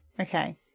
okay